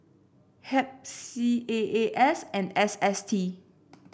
HEB C A A S and S S T